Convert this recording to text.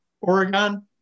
Oregon